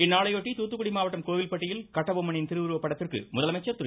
இந்நாளையொட்டிதூத்துக்குடி மாவட்டம் கோவில்பட்டியில் கட்டபொம்மனின் திருவுருவப்படத்திற்கு முதலமைச்சர் திரு